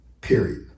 Period